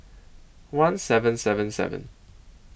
one seven seven seven